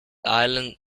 island